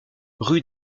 rue